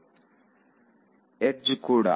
ವಿದ್ಯಾರ್ಥಿ ಎಡ್ಜ್ ಕೂಡ